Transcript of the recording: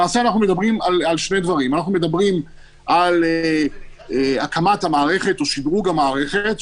למעשה אנחנו מדברים על שני דברים על הקמת המערכת או שדרוג המערכת,